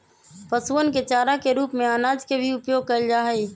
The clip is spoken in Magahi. पशुअन के चारा के रूप में अनाज के भी उपयोग कइल जाहई